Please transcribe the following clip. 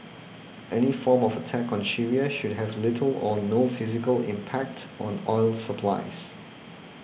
any form of attack on Syria should have little or no physical impact on oil supplies